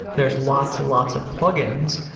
there's lots and lots of plugins,